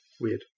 weird